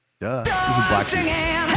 Duh